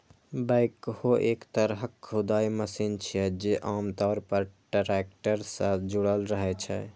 backhoe एक तरहक खुदाइ मशीन छियै, जे आम तौर पर टैक्टर सं जुड़ल रहै छै